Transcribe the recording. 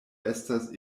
estas